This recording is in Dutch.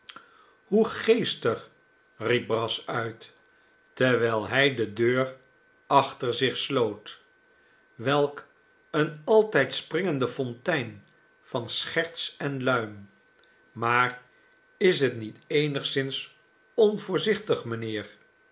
hoe geestig riep brass uit terwijl hij de deur achter zich sloot welk eene altijd springende fontein van scherts en luim maar is het niet eenigszins onvoorzichtig mijnheer